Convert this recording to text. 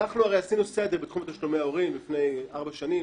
אנחנו הרי עשינו סדר בתחום תשלומי ההורים לפני ארבע שנים,